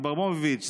איברהימוביץ',